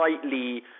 slightly